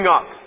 up